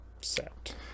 set